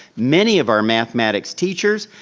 many of our mathematics teachers,